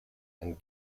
and